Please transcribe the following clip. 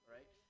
Right